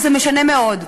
אז זה משנה מאוד.